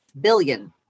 billion